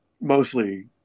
mostly